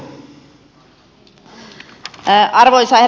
arvoisa herra puhemies